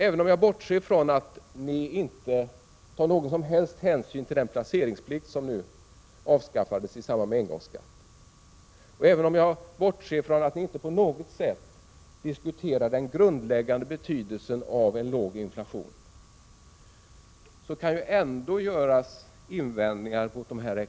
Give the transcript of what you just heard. Även om jag bortser från att ni inte tar någon som helst hänsyn till den placeringsplikt som avskaffades i samband med engångsskatten, och även om jag bortser från att ni inte på något sätt diskuterar den grundläggande betydelsen av en låg inflation, kan jag ändå göra invändningar mot dessa exemepl.